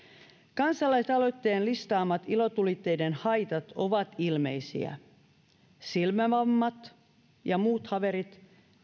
kansalaisaloitteen listaamat ilotulitteiden haitat ovat ilmeisiä silmävammat ja muut haaverit